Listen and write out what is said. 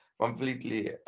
Completely